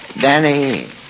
Danny